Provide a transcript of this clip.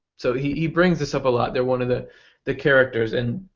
so he he brings this up a lot. there one of the the characters. and